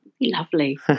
Lovely